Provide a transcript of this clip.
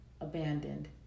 abandoned